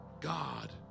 God